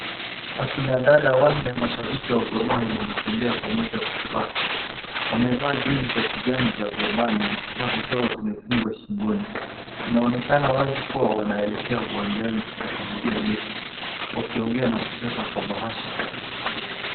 Akina dada wanne mashabiki wa Gor Mahia wanatembea pamoja kwa furaha. Wamevaa jezi za kijani za Gor Mahia na skafu zao zimefungwa shingoni. Inaonekana wazi kuwa wanaelekea uwanjani kushuhudia mechi, wakiongea na kucheka kwa bahasha.